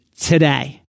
today